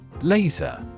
Laser